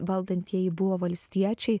valdantieji buvo valstiečiai